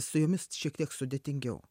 su jomis šiek tiek sudėtingiau